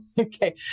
okay